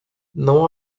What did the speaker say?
não